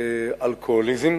לאלכוהוליזם.